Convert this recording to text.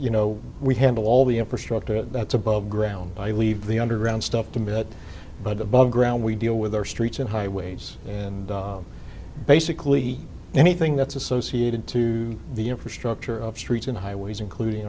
you know we handle all the infrastructure that's above ground i leave the underground stuff to that but above ground we deal with our streets and highways and basically anything that's associated to the infrastructure of streets and highways including